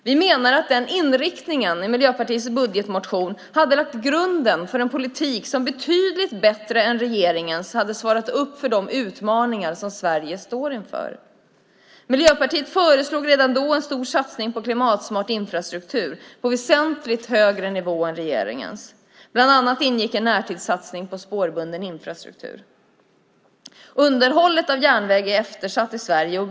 Vi menar att den inriktningen i Miljöpartiets budgetmotion hade lagt grunden för en politik som betydligt bättre än regeringens hade svarat upp mot de utmaningar som Sverige står inför. Miljöpartiet föreslog redan då en stor satsning på klimatsmart infrastruktur, på en väsentligt högre nivå än regeringens. Bland annat ingick en närtidssatsning på spårbunden infrastruktur. Underhållet av järnväg är eftersatt i Sverige.